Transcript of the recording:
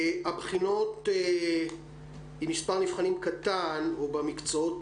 הבחינות עם מספר נבחנים קטן - או במקצועות